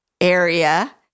area